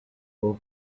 over